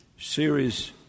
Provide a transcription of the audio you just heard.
series